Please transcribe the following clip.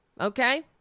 Okay